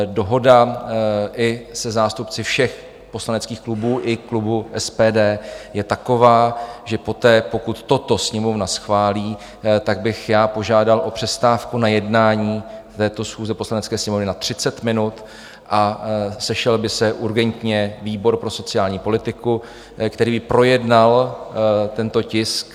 Dohoda i se zástupci všech poslaneckých klubů, i klubu SPD, je taková, že poté, pokud toto Sněmovna schválí, tak bych požádal o přestávku na jednání této schůze Poslanecké sněmovny na 30 minut a sešel by se urgentně výbor pro sociální politiku, který by projednal tento tisk.